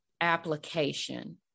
application